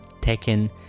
taken